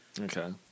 Okay